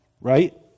right